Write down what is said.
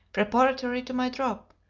preparatory to my drop,